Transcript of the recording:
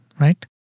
right